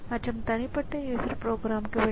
இந்த bootstrap program என்ன செய்யும்